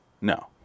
No